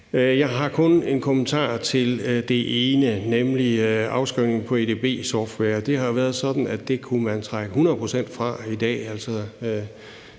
Jeg har kun en kommentar det ene, nemlig afskrivning på edb-software. Det har jo været sådan, at det kunne man trække 100 pct. fra i dag,